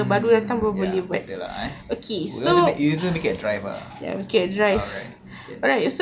mm ya better lah eh you also can make it a drive ah all right okay